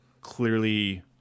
clearly